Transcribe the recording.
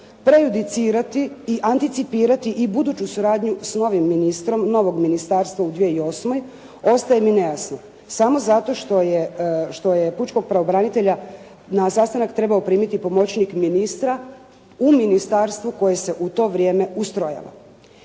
prejudicirati i anticipirati i buduću suradnju s novim ministrom novog ministarstva u 2008. ostaje mi nejasno. Samo zato što je, što je pučkog pravobranitelja na sastanak trebao primiti pomoćnik ministra u Ministarstvu koje se u to vrijeme ustrojava.